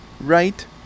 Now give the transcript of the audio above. right